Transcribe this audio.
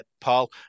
Paul